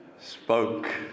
spoke